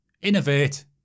Innovate